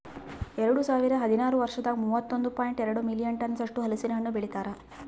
ಎರಡು ಸಾವಿರ ಹದಿನಾರು ವರ್ಷದಾಗ್ ಮೂವತ್ತೊಂದು ಪಾಯಿಂಟ್ ಎರಡ್ ಮಿಲಿಯನ್ ಟನ್ಸ್ ಅಷ್ಟು ಹಲಸಿನ ಹಣ್ಣು ಬೆಳಿತಾರ್